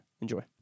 Enjoy